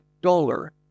dollar